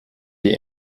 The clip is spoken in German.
die